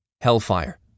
Hellfire